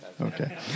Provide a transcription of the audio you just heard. okay